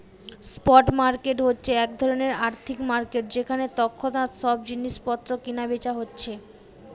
spot market হচ্ছে এক ধরণের আর্থিক মার্কেট যেখানে তৎক্ষণাৎ সব জিনিস পত্র কিনা বেচা হচ্ছে